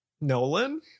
Nolan